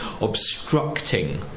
obstructing